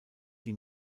die